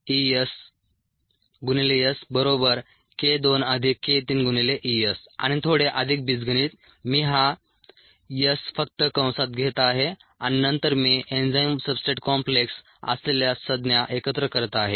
k1Et ESSk2k3ES आणि थोडे अधिक बीजगणित मी हा S फक्त कंसात घेत आहे आणि नंतर मी एन्झाइम सबस्ट्रेट कॉम्प्लेक्स असलेल्या संज्ञा एकत्र करत आहे